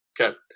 okay